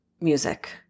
music